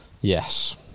Yes